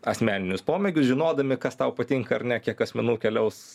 asmeninius pomėgius žinodami kas tau patinka ar ne kiek asmenų keliaus